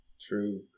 True